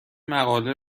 مقاله